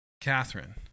Catherine